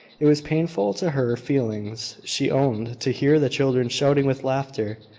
it was painful to her feelings, she owned, to hear the children shouting with laughter,